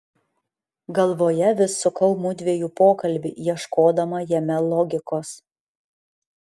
galvoje vis sukau mudviejų pokalbį ieškodama jame logikos